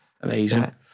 Amazing